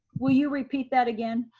will you repeat that again?